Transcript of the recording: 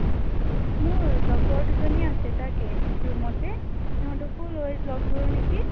অঁ মোৰ লগৰ দুজনী আছে তাকে ৰুমতে সিহঁতকো লৈ লগ ধৰো নেকি